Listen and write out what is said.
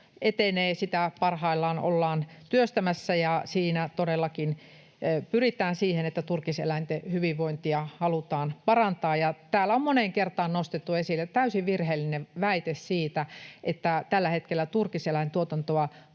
etenee. Sitä parhaillaan ollaan työstämässä, ja siinä todellakin pyritään siihen, että turkiseläinten hyvinvointia halutaan parantaa. Täällä on moneen kertaan nostettu esille täysin virheellinen väite siitä, että tällä hetkellä turkiseläintuotantoa